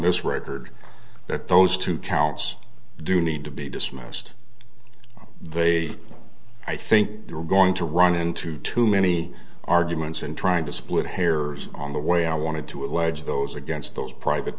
this record that those two counts do need to be dismissed they i think they're going to run into too many arguments and trying to split hairs on the way i wanted to allege those against those private